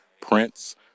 prince